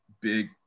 big